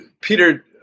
Peter